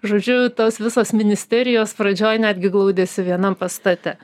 žodžiu tos visos ministerijos pradžioj netgi glaudėsi vienam pastate